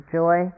joy